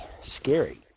scary